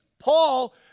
Paul